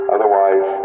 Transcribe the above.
Otherwise